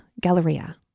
Galleria